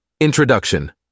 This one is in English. introduction